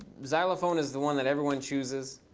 xylophone is the one that everyone chooses.